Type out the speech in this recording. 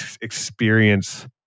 experience